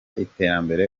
iterambere